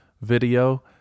video